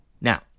Now